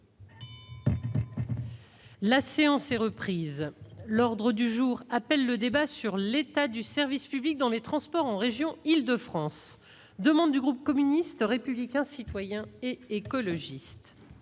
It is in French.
La séance est reprise. L'ordre du jour appelle le débat sur l'état du service public dans les transports en région Île-de-France, organisé à la demande du groupe communiste républicain citoyen et écologiste.